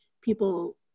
people